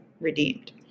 redeemed